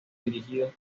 dirigidos